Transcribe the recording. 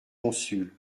consuls